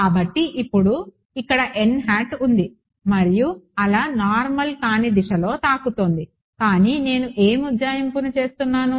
కాబట్టి ఇప్పుడు ఇక్కడ ఉంది మరియు అల నార్మల్ కాని దిశలో తాకుతోంది కానీ నేను ఏమి ఉజ్జాయింపు చేస్తున్నాను